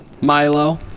Milo